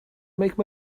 make